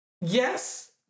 Yes